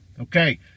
okay